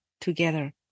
together